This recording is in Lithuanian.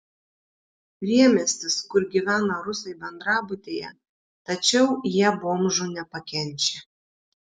priemiestis kur gyvena rusai bendrabutyje tačiau jie bomžų nepakenčia